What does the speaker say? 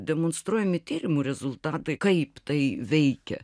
demonstruojami tyrimų rezultatai kaip tai veikia